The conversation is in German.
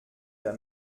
der